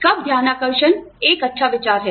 कब ध्यानाकर्षण एक अच्छा विचार है